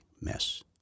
mess